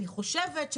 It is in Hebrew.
אני חושבת,